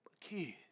kids